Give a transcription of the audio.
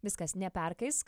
viskas neperkaisk